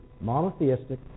monotheistic